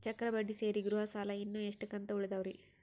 ಚಕ್ರ ಬಡ್ಡಿ ಸೇರಿ ಗೃಹ ಸಾಲ ಇನ್ನು ಎಷ್ಟ ಕಂತ ಉಳಿದಾವರಿ?